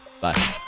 Bye